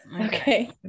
Okay